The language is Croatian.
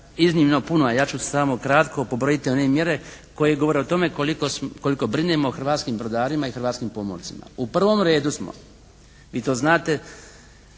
iznimno puno, a ja ću samo kratko pobrojiti one mjere koje govore o tome koliko brinemo o hrvatskim brodarima i hrvatskim pomorcima. U prvom redu smo vi to znate